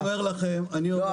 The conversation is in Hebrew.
אני אומר לכם --- לא,